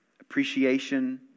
appreciation